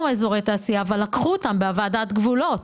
אזורי תעשייה אבל לקחו אותם בוועדת גבולות